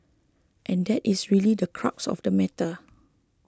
and that is really the crux of the matter